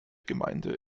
gemeinde